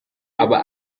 aba